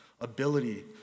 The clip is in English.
ability